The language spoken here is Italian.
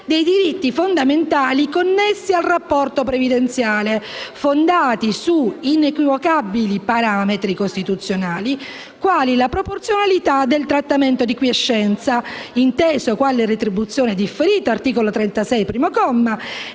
dei diritti fondamentali connessi al rapporto previdenziale, fondati su inequivocabili parametri costituzionali quali la proporzionalità del trattamento di quiescenza, inteso quale retribuzione differita e l'adeguatezza